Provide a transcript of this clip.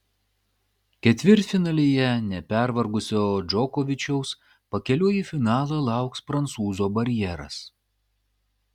ketvirtfinalyje nepervargusio džokovičiaus pakeliui į finalą lauks prancūzo barjeras